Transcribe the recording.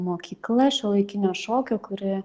mokykla šiuolaikinio šokio kuri